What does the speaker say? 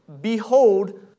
behold